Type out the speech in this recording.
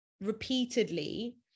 repeatedly